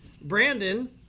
Brandon